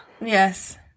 Yes